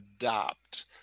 adopt